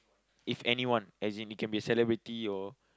if anyone as in it can be a celebrity or